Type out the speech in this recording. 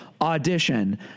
Audition